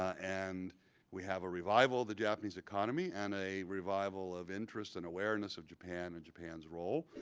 and we have a revival of the japanese economy and a revival of interest and awareness of japan and japan's role,